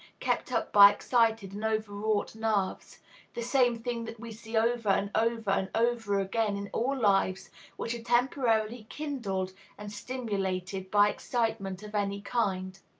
kept up by excited and overwrought nerves the same thing that we see over and over and over again in all lives which are temporarily kindled and stimulated by excitement of any kind.